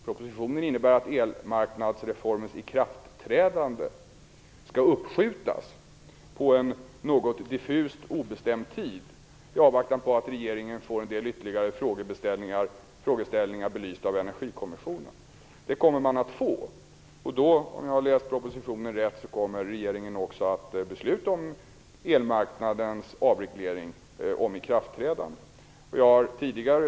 Propositionen innebär att elmarknadsreformens ikraftträdande skall uppskjutas på en något diffust obestämd tid i avvaktan på att regeringen får en ytterligare frågeställningar belysta av Energikommissionen. Det kommer regeringen att få. Om jag har läst propositionen rätt, innebär det att regeringen kommer att besluta om avreglering av elmarknaden.